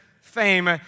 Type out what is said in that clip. fame